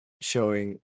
showing